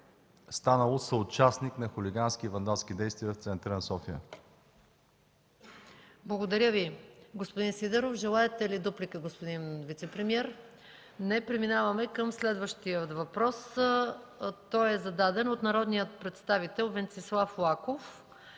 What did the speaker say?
станало съучастник на хулигански и вандалски действия в центъра на София. ПРЕДСЕДАТЕЛ МАЯ МАНОЛОВА: Благодаря, господин Сидеров. Желаете ли дуплика, господин вицепремиер? Не. Преминаваме към следващия въпрос, зададен от народния представител Венцислав Лаков